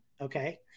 okay